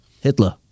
Hitler